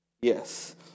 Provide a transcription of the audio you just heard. Yes